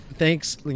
Thanks